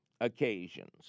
occasions